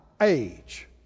age